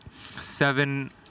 seven